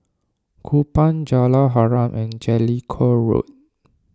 Kupang Jalan Harum and Jellicoe Road